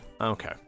Okay